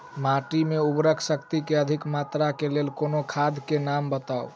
माटि मे उर्वरक शक्ति केँ अधिक मात्रा केँ लेल कोनो खाद केँ नाम बताऊ?